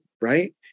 right